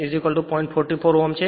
44 ohm છે